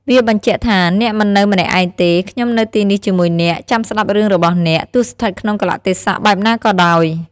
វាបញ្ជាក់ថា "អ្នកមិននៅម្នាក់ឯងទេ ខ្ញុំនៅទីនេះជាមួយអ្នក ចាំស្ដាប់រឿងរបស់អ្នក ទោះស្ថិតក្នុងកាលៈទេសៈបែបណាក៏ដោយ"។